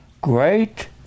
great